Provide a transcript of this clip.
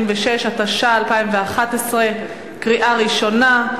186), התשע"א 2011, קריאה ראשונה.